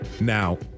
Now